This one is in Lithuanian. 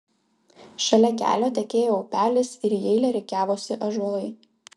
šalia kelio tekėjo upelis ir į eilę rikiavosi ąžuolai